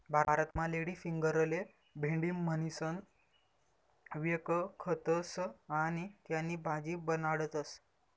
भारतमा लेडीफिंगरले भेंडी म्हणीसण व्यकखतस आणि त्यानी भाजी बनाडतस